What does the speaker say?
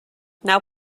now